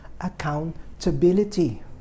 accountability